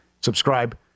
Subscribe